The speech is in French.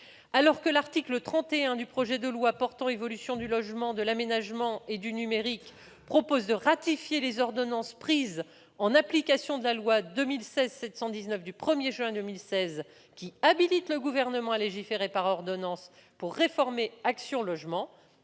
par l'article 31 du projet de loi portant évolution du logement, de l'aménagement et du numérique, de ratifier les ordonnances prises en application de la loi du 1 juin 2016 habilitant le Gouvernement à légiférer par ordonnances pour réformer Action Logement.